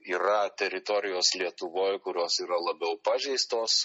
yra teritorijos lietuvoj kurios yra labiau pažeistos